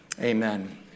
Amen